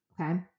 okay